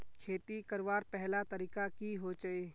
खेती करवार पहला तरीका की होचए?